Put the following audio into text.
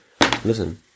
Listen